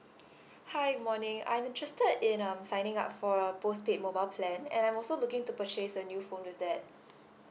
hi good morning I'm interested in um signing up for a postpaid mobile plan and I'm also looking to purchase a new phone with that